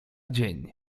dzień